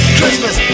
Christmas